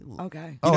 Okay